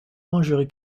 mangerez